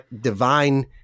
divine